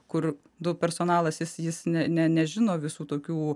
kur du personalas jis jis ne nežino visų tokių